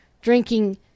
drinking